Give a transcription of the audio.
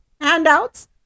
Handouts